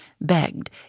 begged